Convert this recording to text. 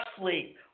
sleep